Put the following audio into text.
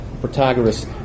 Protagoras